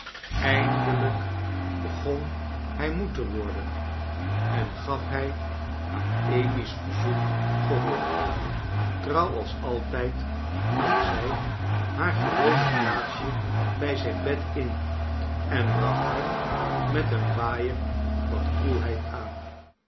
eindelijk begon hij moe te worden en gaf hij aan amy's verzoek gehoor trouw als altijd nam zij haar gewone plaatsje bij zijn bed in en bracht hem met een w t aaier wat koelheid aan